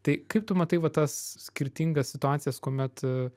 tai kaip tu matai va tas skirtingas situacijas kuomet